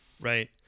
Right